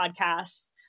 podcasts